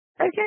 Okay